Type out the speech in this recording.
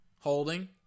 Holding